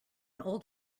old